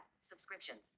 Subscriptions